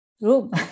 room